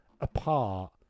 apart